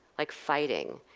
like fighting,